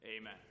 Amen